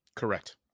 Correct